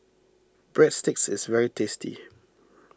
Breadsticks is very tasty